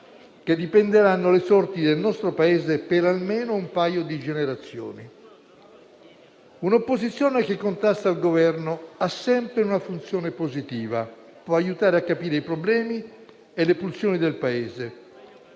che dipenderanno le sorti del nostro Paese per almeno un paio di generazioni. Un'opposizione che contrasta il Governo ha sempre una funzione positiva: può aiutare a capire i problemi e le pulsioni del Paese;